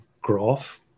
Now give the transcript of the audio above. graph